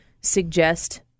suggest